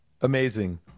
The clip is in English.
amazing